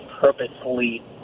purposefully